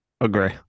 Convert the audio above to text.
Agree